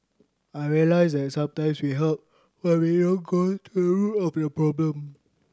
I realised that sometimes we help but we don't go to the root of the problem